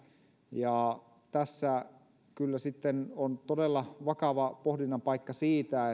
ja tässä kyllä on todella vakava pohdinnan paikka siitä